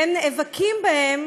והם נאבקים בהם